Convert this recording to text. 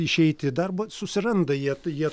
išeiti darbą susiranda jie jie